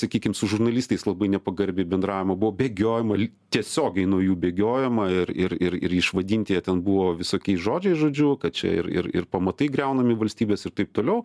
sakykim su žurnalistais labai nepagarbiai bendraujama buvo bėgiojama tiesiogiai nuo jų bėgiojama ir ir ir ir išvadinti ten buvo visokiais žodžiais žodžiu kad čia ir ir ir pamatai griaunami valstybės ir taip toliau